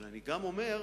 אבל אני גם אומר,